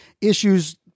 issues